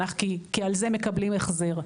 כי על זה מקבלים החזר.